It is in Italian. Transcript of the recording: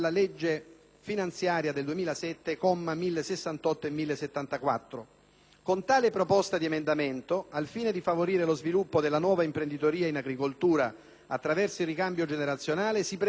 Con tale proposta, al fine di favorire lo sviluppo della nuova imprenditoria in agricoltura attraverso il ricambio generazionale, si prevede l'estensione a tutto il territorio nazionale delle agevolazioni di cui al Titolo I, Capo